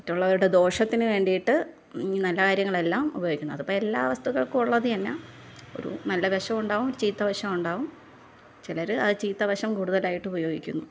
മറ്റുള്ളവരുടെ ദോഷത്തിനു വേണ്ടിയിട്ടു നല്ലകാര്യങ്ങളെല്ലാം ഉപയോഗിക്കുന്നത് അതിപ്പോൾ എല്ലാ വസ്തുക്കള്ക്കും ഉള്ളതുതന്നെ ഒരു നല്ല വശവും ഉണ്ടാകും ചീത്ത വശവും ഉണ്ടാകും ചിലർ ആ ചീത്തവശം കൂടുതലായിട്ട് ഉപയോഗിക്കുന്നു